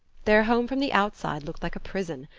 their home from the outside looked like a prison,